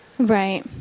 Right